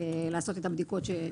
לעשות את הבדיקות.